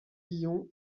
guillon